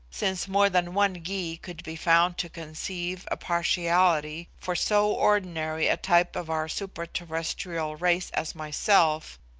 since more than one gy could be found to conceive a partiality for so ordinary a type of our super-terrestrial race as myself,